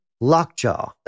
Lockjaw